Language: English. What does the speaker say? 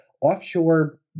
offshore